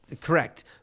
correct